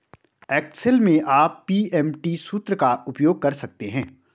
Excel में आप PMT सूत्र का उपयोग कर सकते हैं